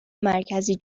مرکزی